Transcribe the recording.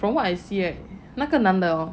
from what I see them 那个男的哦